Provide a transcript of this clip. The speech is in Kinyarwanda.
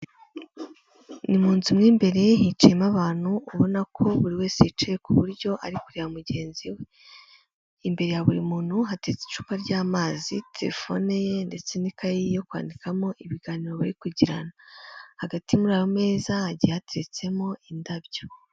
Ni mu nzu mo imbere, hicayemo abantu ubona ko buri wese yicaye kuburyo ari kure ya mugenzi we, imbere ya buri muntu hateretse icupa ry'amazi, terefone ye ndetse n'ikayi yo kwandikamo ibiganiro bari kugirana, hagati muri ayo meza hagiye hateretsemo indabyo.